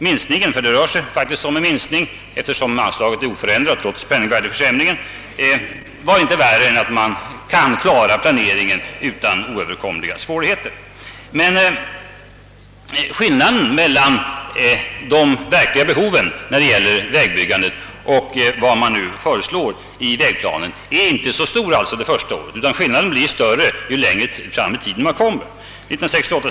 Minskningen, för det rör sig faktiskt om en minskning eftersom anslaget är oförändrat trots penningvärdeförsämringen, är inte värre än att planeringen kan klaras utan oöverkomliga svårigheter. Men skillnaden mellan de verkliga behoven för vägbyggandet och vad som nu föreslås i vägplanen är inte så stor det första året; skillnaden blir större längre fram i perioden.